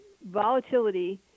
Volatility